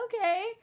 okay